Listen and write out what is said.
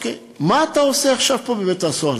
מה אתה עושה פה עכשיו בבית-הסוהר?